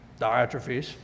diatrophies